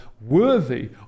worthy